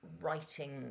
writing